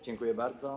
Dziękuję bardzo.